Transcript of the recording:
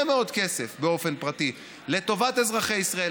מאוד כסף באופן פרטי לטובת אזרחי ישראל,